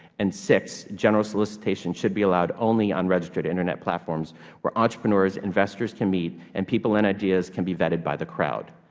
and sixth, general solicitation should be allowed only on registered internet platforms where entrepreneurs and investors can meet and people and ideas can be vetted by the crowd.